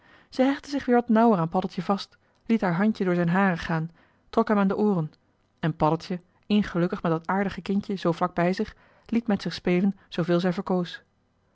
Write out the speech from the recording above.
ze hechtte zich weer wat nauwer aan paddeltje vast liet haar handje door zijn haren gaan trok hem aan de ooren en paddeltje in gelukkig met dat aardige kindje zoo vlak bij zich liet met zich spelen zooveel zij verkoos